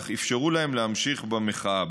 אך אפשרו להם להמשיך במחאה.